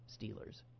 Steelers